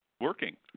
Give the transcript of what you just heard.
working